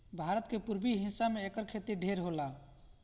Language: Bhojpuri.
भारत के पुरबी हिस्सा में एकर खेती ढेर होला